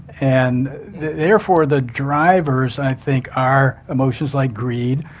and therefore the drivers, i think, are emotions like greed,